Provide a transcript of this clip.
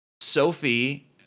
Sophie